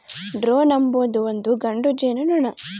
drone ಅಂಬೊದು ಒಂದು ಗಂಡು ಜೇನುನೊಣ